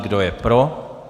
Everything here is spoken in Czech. Kdo je pro?